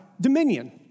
dominion